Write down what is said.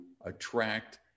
attract